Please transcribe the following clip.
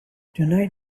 tonight